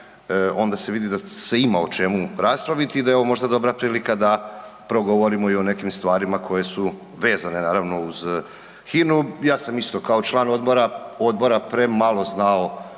onda se vidi da se ima o čemu raspraviti i da je ovo možda dobra prilika da progovorimo i o nekim stvarima koje su vezane naravno uz HINA-u. Ja sam isto kao član odbora premalo znao